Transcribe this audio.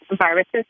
viruses